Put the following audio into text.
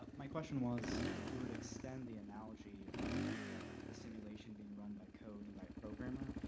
um my question was if we were to extend the analogy of the simulation being run by code and my programmer.